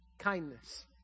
kindness